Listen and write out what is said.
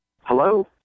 Hello